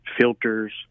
filters